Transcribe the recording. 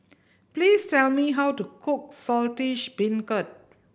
please tell me how to cook Saltish Beancurd